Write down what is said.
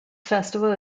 festival